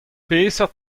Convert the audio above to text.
peseurt